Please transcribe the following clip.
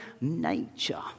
nature